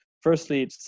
Firstly